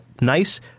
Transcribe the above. nice